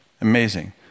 Amazing